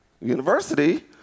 University